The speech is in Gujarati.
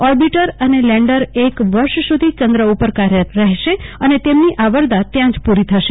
ઓર્બિટર અને લેન્ડર એક વર્ષ સુધી ચદ્ર ઉપર કાર્યરત ર હેશે અને તેમની આવરદા ત્યાં જ પૂરી થશે